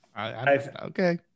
Okay